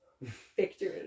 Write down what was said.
Victory